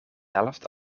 helft